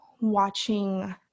watching